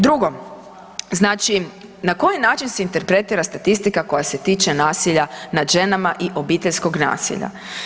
Drugo, znači na koji način se interpretira statistika koja se tiče nasilja nad ženama i obiteljskog nasilja.